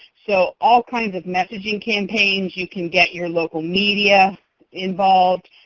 so, all kinds of messaging campaigns. you can get your local media involved.